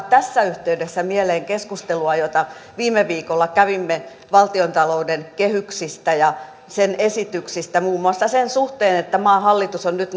tässä yhteydessä mieleen keskustelua jota viime viikolla kävimme valtiontalouden kehyksistä ja esityksistä muun muassa sen suhteen että maan hallitus on nyt